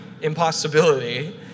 impossibility